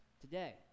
today